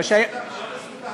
לא בזכות ההיי-טק,